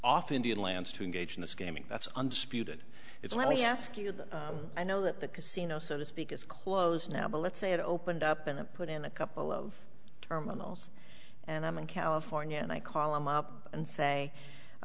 off indian lands to engage in this gaming that's undisputed it's let me ask you this i know that the casino so to speak is closed now but let's say it opened up and put in a couple of terminals and i'm in california and i call him up and say i